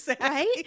Right